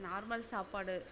normal சாப்பாடு